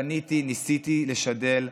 פניתי, ניסיתי לשדל.